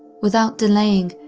without delaying,